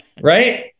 right